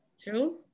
True